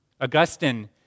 Augustine